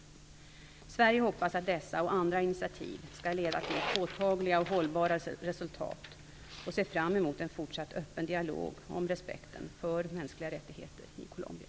Sverige hoppas att dessa och andra initiativ skall leda till påtagliga och hållbara resultat och ser fram emot en fortsatt öppen dialog om respekten för mänskliga rättigheter i Colombia.